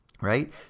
Right